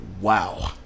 Wow